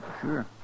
Sure